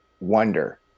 wonder